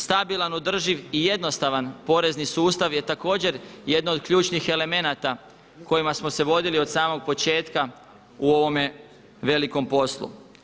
Stabilan, održiv i jednostavan porezni sustav je također jedan od ključnih elemenata kojima smo se vodili od samog početka u ovome velikom poslu.